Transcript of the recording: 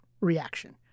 reaction